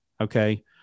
okay